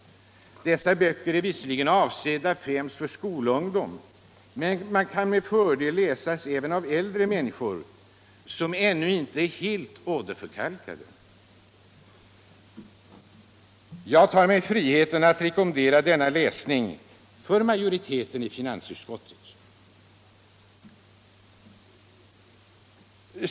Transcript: Dessa böcker är visserligen avsedda för skolungdom, men de kan med fördel läsas av även äldre människor som ännu inte är helt åderförkalkade. Jag tar mig friheten att rekommendera denna läsning för majoriteten i finansutskottet.